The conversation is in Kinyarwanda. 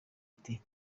ati